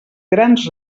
grans